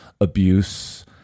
abuse